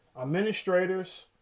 administrators